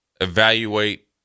evaluate